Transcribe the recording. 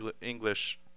English